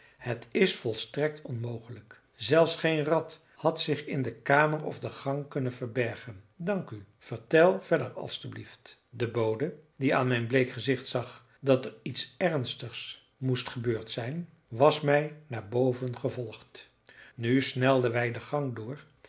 het is volstrekt onmogelijk zelfs geen rat had zich in de kamer of de gang kunnen verbergen dank u vertel verder alsjeblieft de bode die aan mijn bleek gezicht zag dat er iets ernstigs moest gebeurd zijn was mij naar boven gevolgd nu snelden wij de gang door